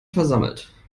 versammelt